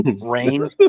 rain